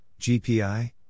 GPI